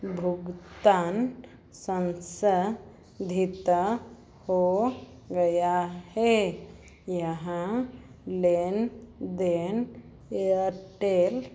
भुगतान संसाधित हो गया है यहाँ लेन देन एयरटेल